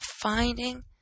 finding